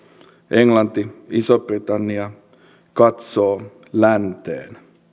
englanti iso britannia katsoo länteen